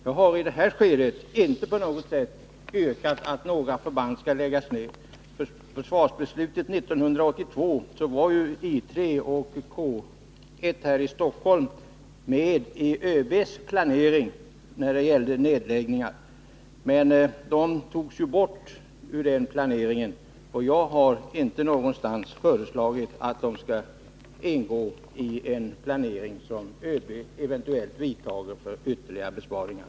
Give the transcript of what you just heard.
Jag har i detta skede inte på något sätt yrkat att några förband skall läggas ned. Inför försvarsbeslutet 1982 fanns I 3 och K 1 här i Stockholm medi ÖB:s planering när det gällde nedläggningar, men de togs bort ur denna planering. Jag har inte någonstans föreslagit att de skall ingå i en planering som ÖB eventuellt vidtar för ytterligare besparingar.